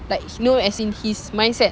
like you know as in his mindset